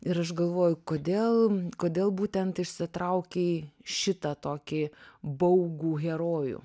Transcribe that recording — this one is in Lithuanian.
ir aš galvoju kodėl kodėl būtent išsitraukei šitą tokį baugų herojų